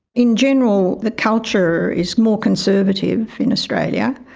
in general the culture is more conservative in australia.